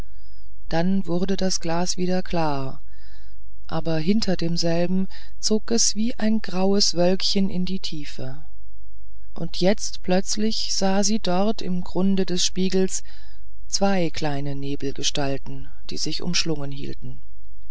dann wurde das glas wieder klar aber hinter demselben zog es wie ein graues wölkchen in die tiefe und jetzt plötzlich sah sie dort im grunde des spiegels zwei kleine nebelgestalten die sich umschlungen hielten